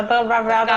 אדרבה.